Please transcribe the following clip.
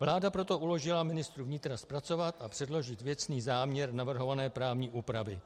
Vláda proto uložila ministru vnitra zpracovat a předložit věcný záměr navrhované právní úpravy.